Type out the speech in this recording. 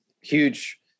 huge